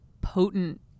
potent